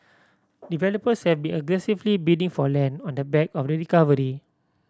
developers have been aggressively bidding for land on the back of the recovery